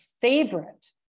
favorite